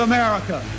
America